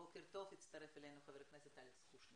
בוקר טוב, הצטרף אלינו חבר הכנסת אלכס קושניר.